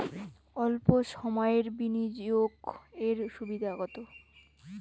অল্প সময়ের বিনিয়োগ এর সুবিধা কি?